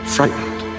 Frightened